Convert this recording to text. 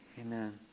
Amen